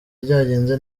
ryagenze